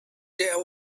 there